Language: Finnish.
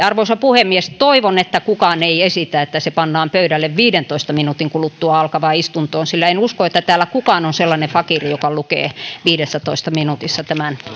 arvoisa puhemies toivon että kukaan ei esitä että se pannaan pöydälle viidentoista minuutin kuluttua alkavaan istuntoon sillä en usko että täällä kukaan on sellainen fakiiri joka lukee viidessätoista minuutissa tämän